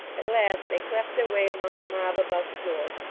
at last, they cleft their way among the mob about the door,